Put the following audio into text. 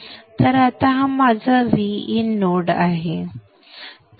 तर आता हा माझा Vin नोड आहे